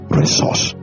resource